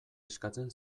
eskatzen